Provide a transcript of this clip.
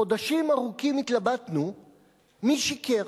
חודשים ארוכים התלבטנו מי שיקר